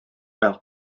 fel